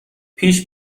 پیش